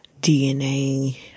DNA